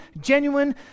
genuine